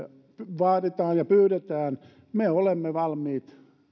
vaaditaan ja pyydetään me olemme valmiit